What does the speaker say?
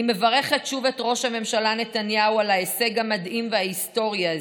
אני מברכת שוב את ראש הממשלה נתניהו על ההישג המדהים וההיסטורי הזה.